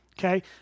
Okay